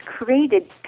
created